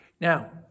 Now